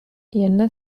என்ன